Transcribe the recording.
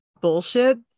bullshit